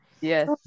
Yes